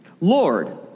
Lord